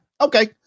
Okay